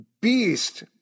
Beast